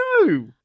No